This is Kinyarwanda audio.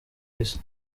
isi